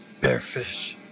bearfish